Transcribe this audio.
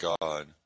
God